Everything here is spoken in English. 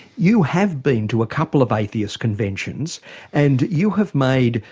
you have been to a couple of atheist conventions and you have made,